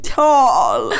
tall